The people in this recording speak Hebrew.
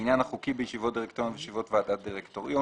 המניין החוקי בישיבות דירקטוריון ובישיבות ועדת דירקטוריון.